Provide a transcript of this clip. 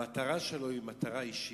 המטרה שלו היא מטרה אישית,